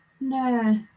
no